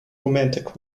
romantic